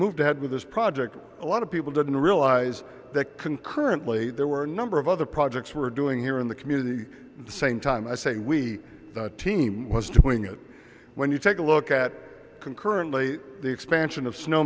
ahead with this project a lot of people didn't realize that concurrently there were a number of other projects we're doing here in the community the same time i say we team was doing it when you take a look at concurrently the expansion of snow